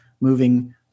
moving